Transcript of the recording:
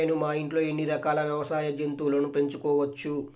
నేను మా ఇంట్లో ఎన్ని రకాల వ్యవసాయ జంతువులను పెంచుకోవచ్చు?